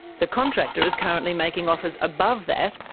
the contractor is currently making offers above that,